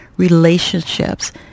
relationships